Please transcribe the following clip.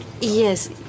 Yes